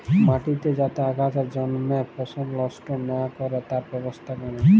মাটিতে যাতে আগাছা জল্মে ফসল লস্ট লা ক্যরে তার ব্যবস্থাপালা